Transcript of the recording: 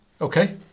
Okay